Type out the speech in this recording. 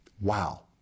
Wow